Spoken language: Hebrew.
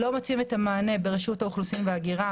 לא מוצאים את המענה ברשות האוכלוסין וההגירה.